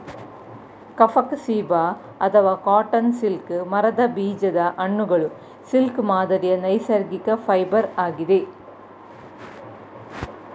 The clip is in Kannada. ಕಫುಕ್ ಸೀಬಾ ಅಥವಾ ಕಾಟನ್ ಸಿಲ್ಕ್ ಮರದ ಬೀಜದ ಹಣ್ಣುಗಳು ಸಿಲ್ಕ್ ಮಾದರಿಯ ನೈಸರ್ಗಿಕ ಫೈಬರ್ ಆಗಿದೆ